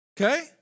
okay